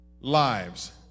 lives